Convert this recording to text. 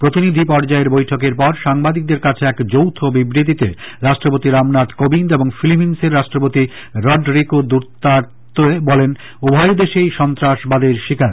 প্রতিনিধি পর্যায়ের বৈঠকের পর সাংবাদিকদের কাছে এক যৌথ বিবৃতিতে রাষ্ট্রপতি রামনাথ কোবিন্দ এবং ফিলিপিন্সের রাষ্ট্রপতি রডরিকো দুর্তারতে বলেন উভয় দেশই সন্ত্রাসবাদের শিকার